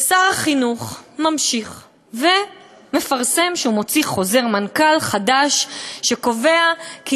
ושר החינוך ממשיך ומפרסם שהוא מוציא חוזר מנכ"ל חדש שקובע כי